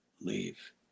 leave